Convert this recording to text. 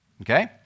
okay